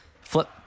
Flip